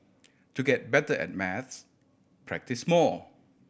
to get better at maths practise more